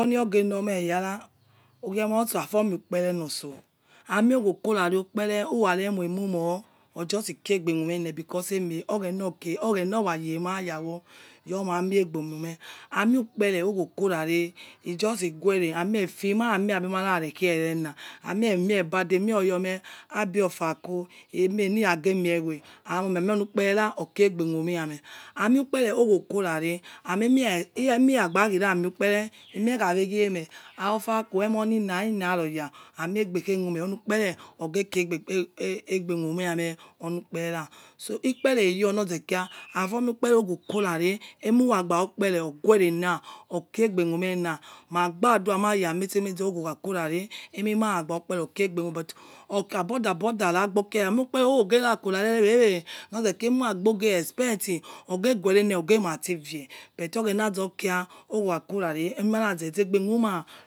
Oni rogeh nor ayara usiemotso afor mi ukpere notso ami owokorie ukpere urere moimumo ojusi kia egbe munene because eme oghena ge oghena araye remawo yormami egbe mume hami ukpere aweokhora re ijusi guere amie efe maram abimarekia erena na iraghemi whe ami onukperera okiriegbemu me yame amie ukpere owokorare amie emi ragbe khira mie ukpere imie khaweghene fha ofako emoni na ina roya ami egbekhanuni amiakpere ogeki egbe mumeyame orukpee ra so ikpere eyo mozekira afomie ukene owokora re emuragba ukere oguere na okie egbe mumena mabadue nor namie meze owokharane emima ragba ukpere okiegbe whome aboda aboda ragbokira amoi ukpere owo ogena kora re enewewe nozekira emaragboge expect ogugue ne ne ogege mativie but ogbena zokia owo khakorare emimazezegbemma.